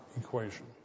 equation